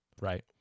Right